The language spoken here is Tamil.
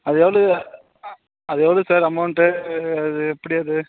அது எவ்வளோ அது எவ்வளோ சார் அமௌண்ட்டு அது எப்படி அது